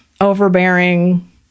overbearing